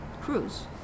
cruise